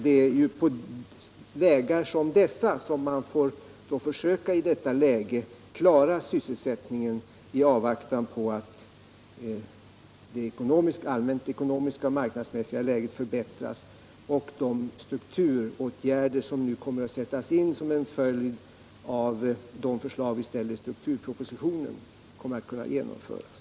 Det är på vägar som dessa som man i det här läget får försöka klara sysselsättningen i avvaktan på att det allmänt-ekonomiska och marknadsmässiga läget förbättras. Och de strukturåtgärder som nu kommer att sättas in som en följd av förslagen i strukturpropositionen kommer också att kunna genomföras.